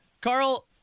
Carl